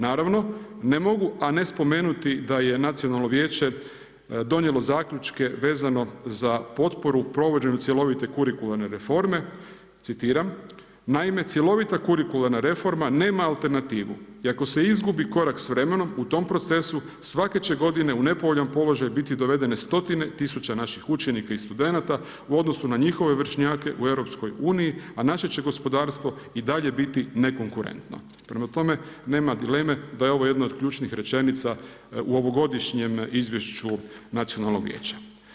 Naravno, ne mogu a ne spomenuti da je Nacionalno vijeće donijelo zaključke vezano za potporu u provođenju cjelovite kurikularne reforme, citiram: „Naime, cjelovita kurikularna reforma, nema alternativu i ako se izgubi korak s vremenom u tom procesu, svake će godine u nepovoljan položaj biti dovedene stotine tisuće naših učenika i studenata u odnosu na njihove vršnjake u EU-u, a naše će gospodarstvo i dalje biti nekonkurentno.“ Prema tome, nema dileme da je ovo jedno od ključnih rečenica u ovogodišnjem izvješću Nacionalnog vijeća.